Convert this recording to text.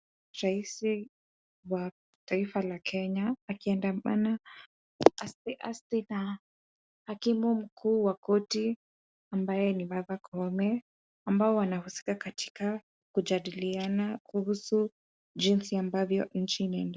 Rais wa taifa la Kenya akiandama aste aste na hakimu mkuu wa korti ambaye ni Martha Koome ambao wanahusika katika kujadiliana kuhusu jinsi ambavyo nchi inaendelea.